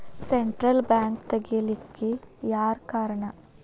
Central bank ತಗಿಲಿಕ್ಕೆಯಾರ್ ಕಾರಣಾ?